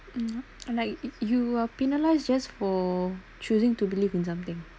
mm like you are penalized just for choosing to believe in something